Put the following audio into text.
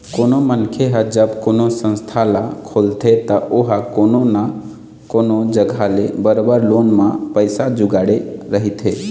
कोनो मनखे ह जब कोनो संस्था ल खोलथे त ओहा कोनो न कोनो जघा ले बरोबर लोन म पइसा जुगाड़े रहिथे